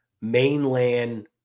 mainland